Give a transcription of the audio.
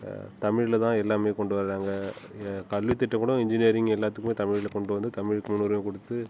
தமிழ்ல தான் எல்லாமே கொண்டு வராங்க ஏன் கல்வித்திட்டம் கூடம் இன்ஜினியரிங் எல்லாத்துக்குமே தமிழில் கொண்டு வந்து தமிழுக்கு முன்னுரிமை கொடுத்து